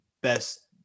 best